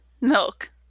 Milk